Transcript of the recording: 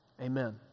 Amen